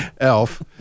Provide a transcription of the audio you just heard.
Elf